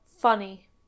funny